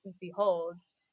beholds